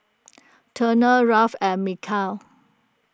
Turner Rolf and Mikeal